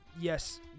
Yes